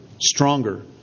stronger